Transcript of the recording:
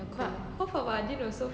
cool